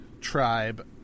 tribe